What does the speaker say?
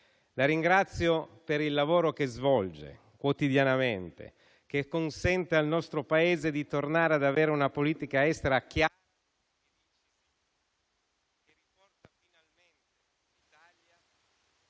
La ringrazio per il lavoro che svolge quotidianamente, che consente al nostro Paese di tornare ad avere una politica estera chiara